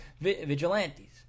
vigilantes